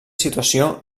situació